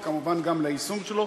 וכמובן גם ליישום שלו.